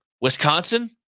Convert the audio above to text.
Wisconsin